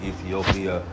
Ethiopia